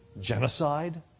genocide